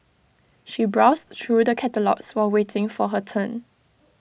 she browsed through the catalogues while waiting for her turn